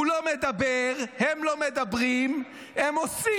הוא לא מדבר, הם לא מדברים, הם עושים.